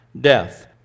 death